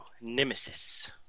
Nemesis